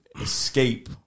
escape